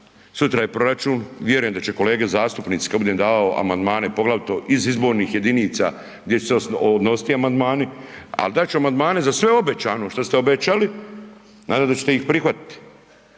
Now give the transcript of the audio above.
sutra je proračun, vjerujem da će kolege zastupnici kada budem davao amandmane poglavito iz izbornih jedinica gdje će se odnositi ti amandmani, ali dat ću amandmane za sve obećano što ste obećali. … da ćete ih prihvatiti.